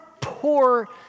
poor